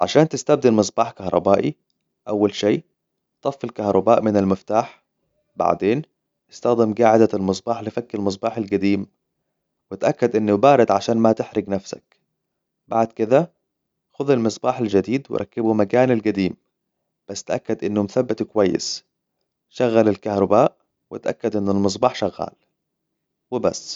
عشان تستبدل مصباح كهربائي، أول شي، طفي الكهرباء من المفتاح، بعدين، استخدم قاعدة المصباح لفك المصباح القديم، وتأكد إنه بارد عشان ما تحرق نفسك، بعد كذا، خذ المصباح الجديد وركبه مكان القديم، بس تأكد إنه مثبت كويس ، شغل الكهرباء، وتأكد إن المصباح شغال، وبس.